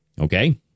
okay